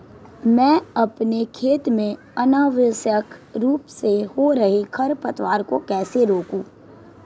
मैं अपने खेत में अनावश्यक रूप से हो रहे खरपतवार को कैसे रोकूं?